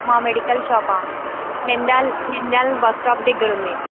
మా మెడికల్ షాపా Nandyal Nandyal bus stop దగ్గర ఉంది